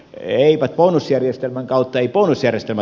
eivät bonusjärjestelmän kautta